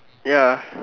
ya